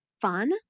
fun